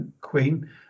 queen